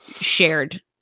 shared